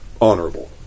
Honorable